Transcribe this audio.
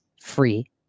free